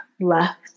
left